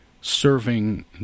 serving